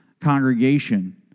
congregation